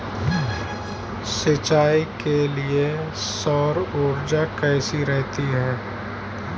सिंचाई के लिए सौर ऊर्जा कैसी रहती है?